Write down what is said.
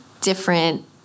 different